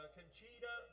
Conchita